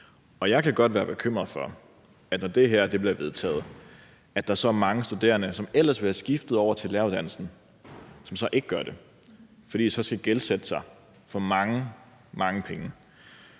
Jeg kan godt være bekymret for, at der, når det her bliver vedtaget, er mange studerende, som ellers ville være skiftet over til læreruddannelsen, som så ikke gør det. For så skal de gældsætte sig for mange, mange penge.